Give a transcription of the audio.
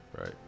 Right